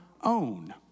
own